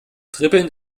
dribbeln